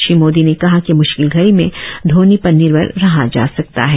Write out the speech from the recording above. श्री मोदी ने कहा कि म्श्किल घड़ी में धोनी पर निर्भर रहा जा सकता है